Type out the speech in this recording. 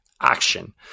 action